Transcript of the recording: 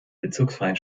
bezirksfreien